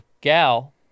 gal